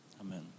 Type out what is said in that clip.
Amen